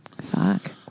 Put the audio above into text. Fuck